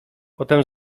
potem